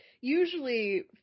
usually